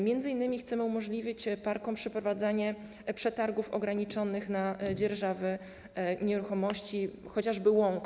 Między innymi chcemy umożliwić parkom przeprowadzanie przetargów ograniczonych na dzierżawę nieruchomości, chociażby łąk.